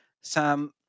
Sam